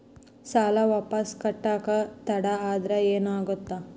ಸಾಲ ವಾಪಸ್ ಕಟ್ಟಕ ತಡ ಆದ್ರ ಏನಾಗುತ್ತ?